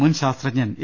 മുൻ ശാസ്ത്രജ്ഞൻ എ